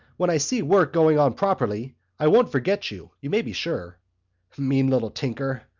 when i see work going on properly i won't forget you, you may be sure mean little tinker!